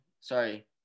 sorry